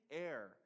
air